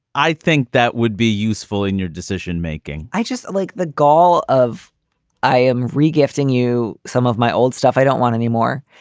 i think that would be useful in your decision making i just like the goal of i am re gifting you some of my old stuff i don't want anymore.